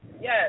Yes